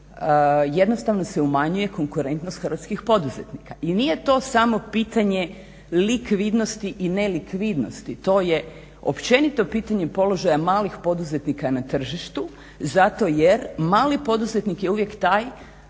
jednostavno se umanjuje konkurentnost Hrvatskih poduzetnika. I nije to samo pitanje likvidnosti i nelikvidnosti, to je općenito pitanje položaja malih poduzetnika na tržištu zato jer mali poduzetnik je uvijek taj